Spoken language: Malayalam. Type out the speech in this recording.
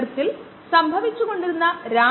ഉയർന്ന താപനിലയിൽ എത്തുന്നതിനാൽ കോശങ്ങളുടെ ഉപഭോഗം